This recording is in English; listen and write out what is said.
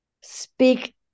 Speak